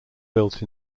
built